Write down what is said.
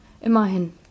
Immerhin